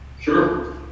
Sure